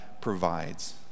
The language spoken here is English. provides